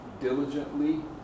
diligently